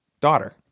daughter